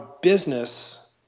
business